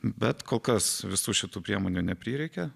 bet kol kas visų šitų priemonių neprireikė